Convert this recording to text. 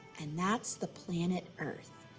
and that's the planet earth.